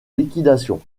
liquidation